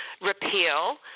repeal